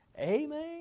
Amen